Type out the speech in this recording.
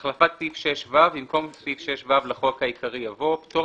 החלפת סעיף 6ו 2. במקום סעיף 6ו לחוק העיקרי יבוא: "פטור